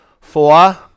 Four